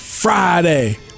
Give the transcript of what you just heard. Friday